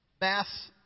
Mass